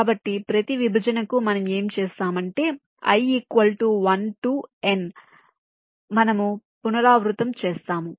కాబట్టి ప్రతి విభజనకు మనం ఏమి చేస్తామంటే i equal to 1 to n మనము పునరావృతం చేస్తాము